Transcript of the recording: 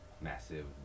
massive